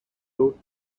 built